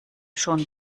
schon